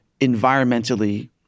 environmentally